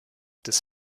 des